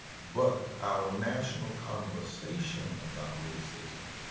but our national conversation about racism